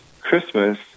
Christmas